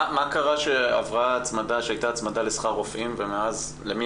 מה קרה שהייתה הצמדה לשכר רופאים ומאז למי